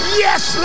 yes